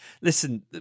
Listen